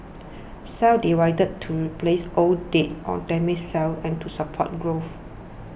cells divide to replace old dead or damaged cells and to support growth